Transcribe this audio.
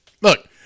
look